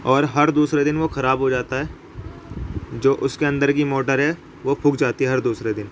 اور ہر دوسرے دن وہ خراب ہو جاتا ہے جو اس کے اندر کی موٹر ہے وہ پھک جاتی ہے ہر دوسرے دن